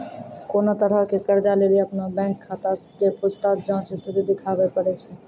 कोनो तरहो के कर्जा लेली अपनो बैंक खाता के पूछताछ जांच स्थिति देखाबै पड़ै छै